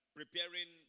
preparing